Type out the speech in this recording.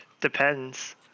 Depends